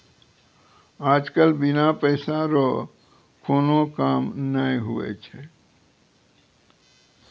आज कल बिना पैसा रो कोनो काम नै हुवै छै